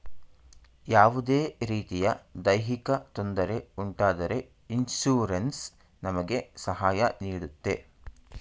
ಯಾವುದೇ ರೀತಿಯ ದೈಹಿಕ ತೊಂದರೆ ಉಂಟಾದರೆ ಇನ್ಸೂರೆನ್ಸ್ ನಮಗೆ ಸಹಾಯ ನೀಡುತ್ತೆ